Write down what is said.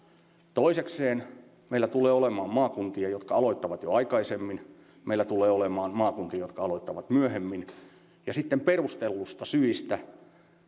toisekseen meillä tulee olemaan maakuntia jotka aloittavat jo aikaisemmin meillä tulee olemaan maakuntia jotka aloittavat myöhemmin ja sitten perustelluista syistä jos